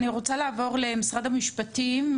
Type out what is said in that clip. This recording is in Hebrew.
אני רוצה לעבור למשרד המשפטים.